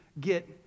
get